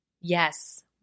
Yes